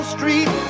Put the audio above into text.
Street